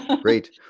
Great